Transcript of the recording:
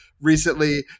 recently